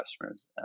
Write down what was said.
customers